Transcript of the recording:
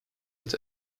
als